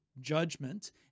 judgment